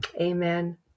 Amen